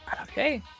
Okay